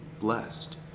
blessed